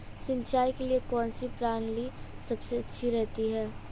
सिंचाई के लिए कौनसी प्रणाली सबसे अच्छी रहती है?